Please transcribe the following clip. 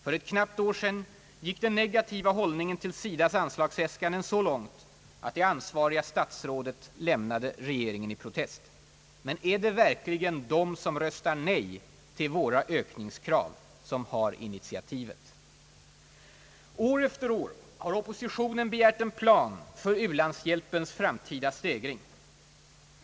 För knappt ett år sedan gick den negativa hållningen till SIDA:s anslagsäskanden så långt att det ansvariga statsrådet lämnade regeringen i protest. Men är det verkligen de som röstar nej till våra ökningskrav som har initiativet? År efter år har oppositionen begärt en plan för u-landshjälpens framtida stegring.